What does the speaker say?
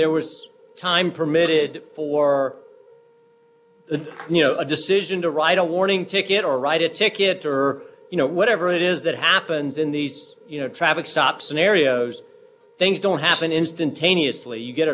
there was time permitted for the decision to write a warning ticket or write a ticket or you know whatever it is that happens in these you know traffic stops an area things don't happen instantaneously you get